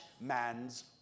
man's